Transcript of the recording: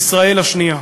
"ישראל השנייה".